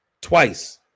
Twice